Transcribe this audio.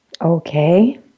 Okay